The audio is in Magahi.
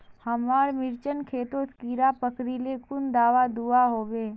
हमार मिर्चन खेतोत कीड़ा पकरिले कुन दाबा दुआहोबे?